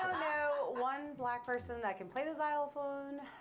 know one black person that can play the xylophone.